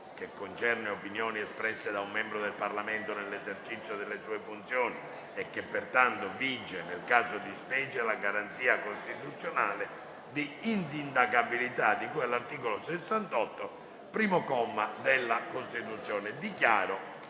concerne opinioni espresse da un membro del Parlamento nell'esercizio delle sue funzioni e che, pertanto, vige nel caso di specie la garanzia costituzionale di insindacabilità di cui all'articolo 68, primo comma, della Costituzione. Chiedo